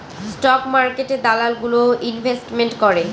stock মার্কেটে দালাল গুলো ইনভেস্টমেন্ট করে